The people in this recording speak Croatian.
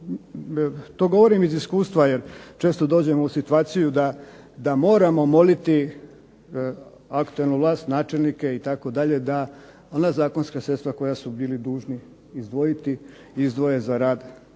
to govorim iz iskustava, jer često dođem u situaciju da moramo moliti aktualnu vlast, načelnike itd. da ona zakonska sredstva koja su bili dužni izdvojiti izdvoje za rad